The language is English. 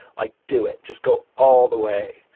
like do it, just go all the way.